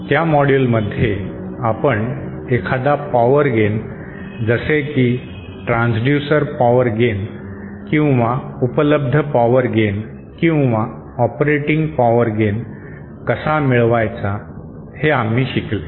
त्या मॉड्यूलमध्ये आपण एखादा पॉवर गेन जसे की ट्रान्सड्यूसर पॉवर गेन किंवा उपलब्ध पॉवर गेन किंवा ऑपरेटिंग पॉवर गेन कसा मिळवायचा हे आम्ही शिकले